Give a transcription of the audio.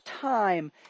time